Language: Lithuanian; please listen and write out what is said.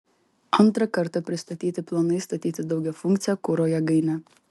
antrą kartą pristatyti planai statyti daugiafunkcę kuro jėgainę